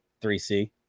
3C